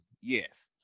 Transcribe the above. yes